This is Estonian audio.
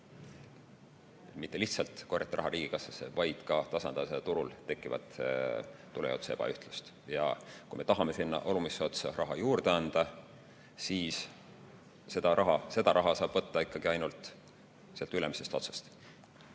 mitte lihtsalt korjata raha riigikassasse, vaid ka tasandada turul tekkivat tulujaotuse ebaühtlust. Ja kui me tahame sinna alumisse otsa raha juurde anda, siis seda raha saab võtta ikkagi ainult sealt ülemisest otsast.